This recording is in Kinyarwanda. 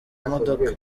imodoka